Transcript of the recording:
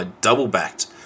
double-backed